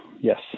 yes